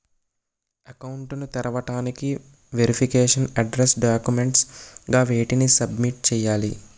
Account ను తెరవటానికి verification address documents గా వేటిని సబ్మిట్ చేయాలి?